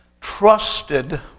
trusted